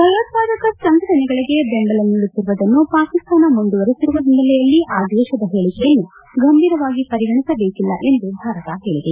ಭಯೋತ್ಪಾದಕ ಸಂಘಟನೆಗಳಿಗೆ ಬೆಂಬಲ ನೀಡುತ್ತಿರುವುದನ್ನು ಪಾಕಿಸ್ತಾನ ಮುಂದುವರೆಸಿರುವ ಹಿನ್ನೆಲೆಯಲ್ಲಿ ಆ ದೇಶದ ಹೇಳಿಕೆಯನ್ನು ಗಂಭೀರವಾಗಿ ಪರಿಗಣಿಸಬೇಕಿಲ್ಲ ಎಂದು ಭಾರತ ಹೇಳಿದೆ